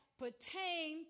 pertain